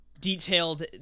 detailed